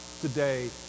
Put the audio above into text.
today